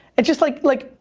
it's just like, like,